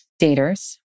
daters